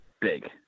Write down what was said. big